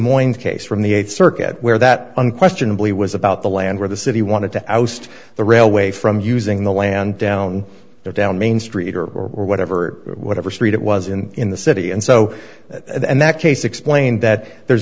moines case from the th circuit where that unquestionably was about the land where the city wanted to oust the railway from using the land down there down main street or or whatever whatever street it was in in the city and so in that case explain that there's